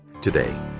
today